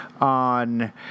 on